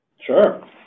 Sure